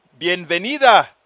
Bienvenida